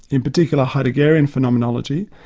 in particular heideggerian phenomenology.